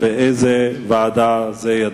באיזו ועדה היא תידון.